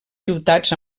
ciutats